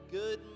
Good